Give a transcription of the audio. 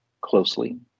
closely